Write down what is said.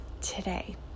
today